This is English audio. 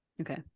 okay